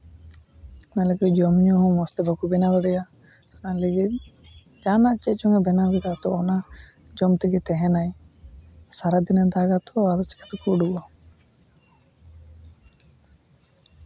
ᱢᱟᱱᱮ ᱠᱤ ᱡᱚᱢᱼᱧᱩ ᱦᱚᱸ ᱢᱚᱡᱽ ᱛᱮ ᱵᱟᱠᱚ ᱵᱮᱱᱟᱣ ᱫᱟᱲᱮᱭᱟᱜᱼᱟ ᱟᱨ ᱟᱡ ᱞᱟᱹᱜᱤᱫ ᱡᱟᱦᱟᱱᱟᱜ ᱪᱮᱫ ᱪᱚᱝ ᱮ ᱵᱮᱱᱟᱣ ᱜᱮᱭᱟ ᱛᱚ ᱚᱱᱟ ᱡᱚᱢ ᱛᱮᱜᱮ ᱛᱟᱦᱮᱱᱟᱭ ᱥᱟᱨᱟ ᱫᱤᱱᱮ ᱫᱟᱜᱟ ᱛᱚ ᱟᱫᱚ ᱪᱮᱠᱟ ᱛᱮᱠᱚ ᱩᱰᱩᱠᱚᱜᱼᱟ